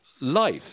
life